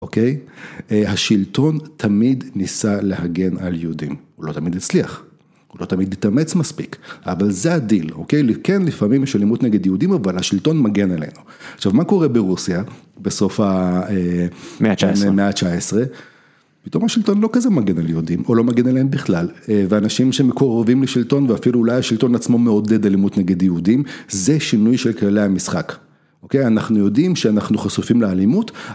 אוקיי? השלטון תמיד ניסה להגן על יהודים. הוא לא תמיד הצליח. הוא לא תמיד התאמץ מספיק. אבל זה הדיל, אוקיי? כן, לפעמים יש אלימות נגד יהודים, אבל השלטון מגן עלינו. עכשיו, מה קורה ברוסיה, בסוף המאה ה-19? פתאום השלטון לא כזה מגן על יהודים, או לא מגן עליהם בכלל, ואנשים שמקורבים לשלטון, ואפילו אולי השלטון עצמו מעודד אלימות נגד יהודים, זה שינוי של כללי המשחק. אוקיי? אנחנו יודעים שאנחנו חשופים לאלימות..